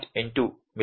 8 ಮಿ